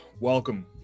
Welcome